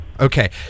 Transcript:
Okay